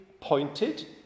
pointed